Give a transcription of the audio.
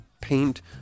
paint